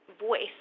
Voice